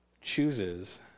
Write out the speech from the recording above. chooses